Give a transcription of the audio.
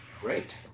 Great